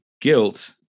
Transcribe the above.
guilt